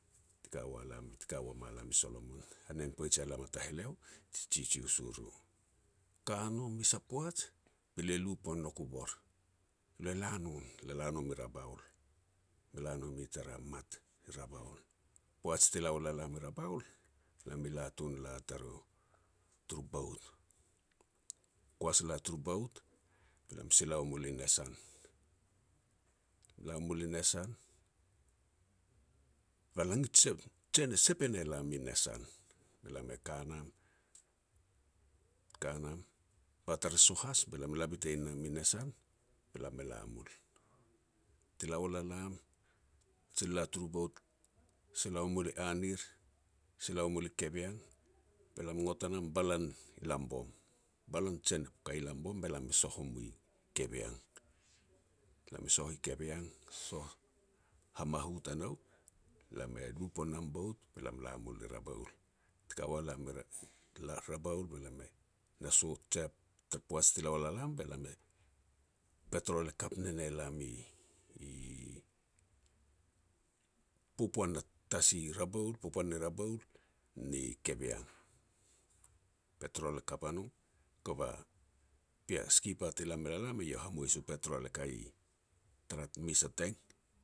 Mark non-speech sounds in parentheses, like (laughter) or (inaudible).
Ti ka wa lam (unintelligible) ti ka wa malam i Solomon, hanen poaj ya lam a taheleo, ti jijius u ru. Kano mes a poaj, be lia lu pon nouk u bor, "Le la nom, le la nom i Rabaul, me la no mi tara mat i Rabaul." Poaj ti la wal a lam i Rabaul, lam i la tun la turu bout. Koas la turu boat, be lam e sila wa mul i Nissan. La mul i Nissan, ba langij jen-jen e sep e ne lam i Nissan. Be lam e ka nam, ka nam, ba tara sohas be lam e la bitein nam i Nissan, be lam e la mul. Ti la wal a lam, jil la turu bout, sila wa mul i Anir, sila wa mul i Kavieng, be lam gnot e nam balan i Lambom. Balan jen i kai i Lambom, be lam e soh o mui Keviang. Lam i soh i Keviang, soh, hamahu tanou, be lam e lu pon nam u bout be lam e la mul i Raboul. Ti ka ua lam i Ra (hesitation) lar Raboul be lam na sot je (unintelligible) tara poaj ti la wal a lam, bu petrol e kap ne lam e-e popoan na tasi Raboul, popoan ni Rabaul ni Kaviang. Petrol e kap a no, kova pean skipa ti la mel a lam iau e hamois u petrol e kaia tara mes a teng.